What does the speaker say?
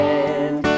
end